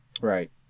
right